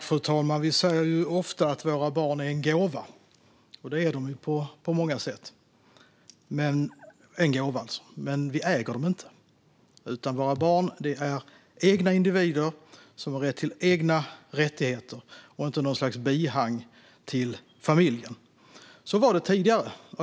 Fru talman! Vi säger ofta att våra barn är en gåva, och det är de ju på många sätt. Men vi äger dem inte. Våra barn är egna individer som har egna rättigheter, inte något slags bihang till familjen. Så var det tidigare.